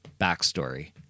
backstory